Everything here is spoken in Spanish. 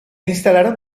instalaron